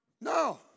No